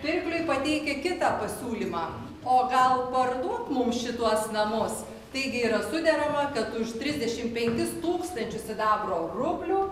pirkliui pateikia kitą pasiūlymą o gal parduok mum šituos namus taigi yra suderama kad už trisdešim penkis tūkstančius sidabro rublių